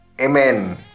Amen